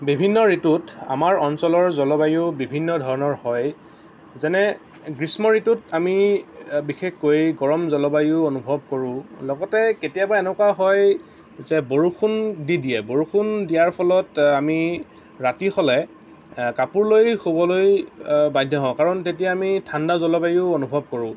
বিভিন্ন ঋতুত আমাৰ অঞ্চলৰ জলবায়ু বিভিন্ন ধৰণৰ হয় যেনে গ্ৰীষ্ম ঋতুত আমি বিশেষকৈ গৰম জলবায়ু অনুভৱ কৰোঁ লগতে কেতিয়াবা এনেকুৱা হয় যে বৰষুণ দি দিয়ে বৰষুণ দিয়াৰ ফলত আমি ৰাতি হ'লে কাপোৰ লৈ শুবলৈ বাধ্য হওঁ কাৰণ তেতিয়া আমি ঠাণ্ডা জলবায়ু অনুভৱ কৰোঁ